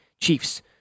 Chiefs